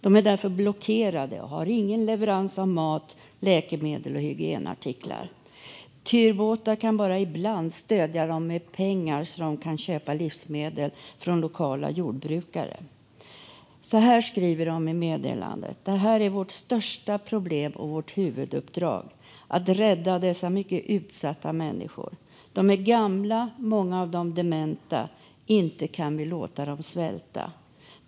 De är därför blockerade och har ingen leverans av mat, läkemedel och hygienartiklar. Tyrbota kan bara ibland stödja dem med pengar så att de kan köpa livsmedel från lokala jordbrukare. Så här skriver de i meddelandet: Detta är vårt största problem och vårt huvuduppdrag - att rädda dessa mycket utsatta människor. De är gamla, och många av dem är dementa. Inte kan vi låta dem svälta.